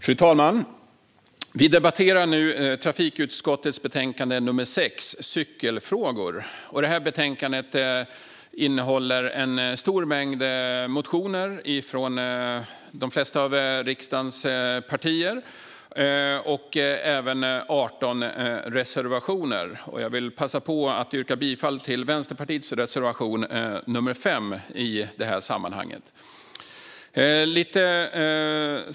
Fru talman! Vi debatterar nu trafikutskottets betänkande 6 Cykelfrågor . Detta betänkande innehåller en stor mängd motioner från de flesta av riksdagens partier samt 18 reservationer. Jag vill passa på att yrka bifall till Vänsterpartiets reservation 5 i detta sammanhang.